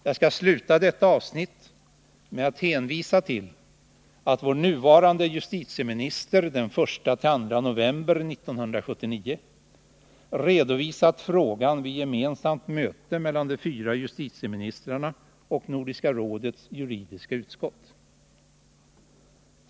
Jag skall avsluta detta avsnitt med att hänvisa till att vår nuvarande justitieminister den 1-den 2 november 1979 redovisat frågan vid ett gemensamt möte mellan de fyra justitieministrarna och Nordiska rådets juridiska utskott.